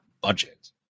budget